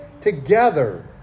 together